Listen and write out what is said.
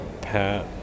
Pat